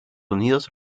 unidos